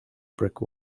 brick